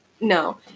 No